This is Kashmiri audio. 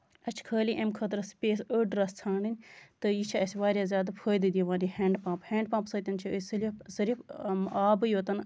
اَسہِ چھِ اَمہِ خٲطرٕ خٲلی سِپیس أڈ رَژھ ژھانڈٕنۍ تہٕ یہِ چھِ اَسہِ واریاہ زیادٕ فٲیدٕ دِوان یہِ ہینڈ پَمپ ہینڈ پَمپ سۭتۍ چھِ أسۍ ضرِف صرِف آبٕے یوتَن